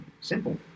Simple